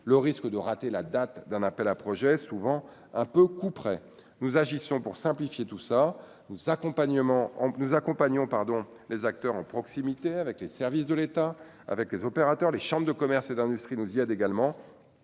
le risque de rater la date d'un appel à projets, souvent un peu couperet, nous agissons pour simplifier tout ça nous accompagnement en nous accompagnons pardon les acteurs en proximité avec les services de l'État avec les opérateurs, les chambres de commerce et d'industrie nous Ziad également